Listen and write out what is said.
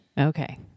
Okay